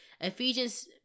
Ephesians